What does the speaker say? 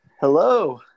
Hello